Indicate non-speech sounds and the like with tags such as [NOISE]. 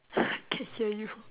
[LAUGHS] I can hear you from